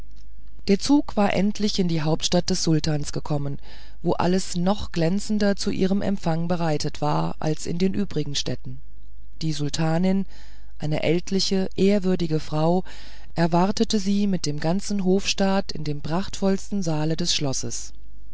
der zug war endlich in die hauptstadt des sultans gekommen wo alles noch glänzender zu ihrem empfang bereitet war als in den übrigen städten die sultanin eine ältliche ehrwürdige frau erwartete sie mit ihrem ganzen hofstaat in dem prachtvollsten saal des schlosses